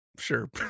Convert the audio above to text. sure